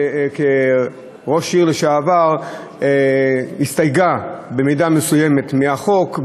שכראש עיר לשעבר הסתייגה במידה מסוימת מהחוק,